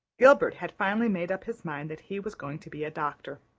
gilbert had finally made up his mind that he was going to be a doctor.